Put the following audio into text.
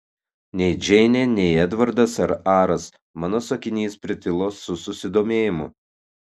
nei džeinė nei edvardas ar aras mano sakinys pritilo su susidomėjimu